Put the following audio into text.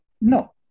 No